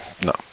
no